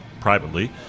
privately